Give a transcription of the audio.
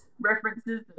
references